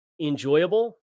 enjoyable